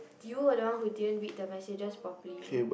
you were the one who didn't read the messages properly